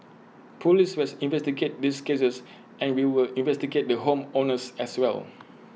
Police will investigate these cases and we'll investigate the home owners as well